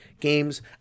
games